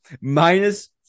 minus